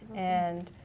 and